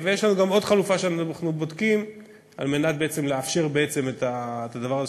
יש לנו עוד חלופה שאנחנו בודקים על מנת לאפשר את הדבר הזה,